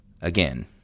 again